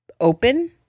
Open